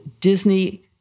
Disney